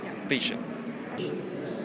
vision